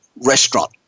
restaurant